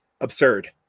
absurd